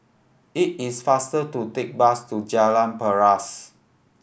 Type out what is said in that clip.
it is faster to take bus to Jalan Paras